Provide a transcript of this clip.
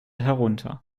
herunter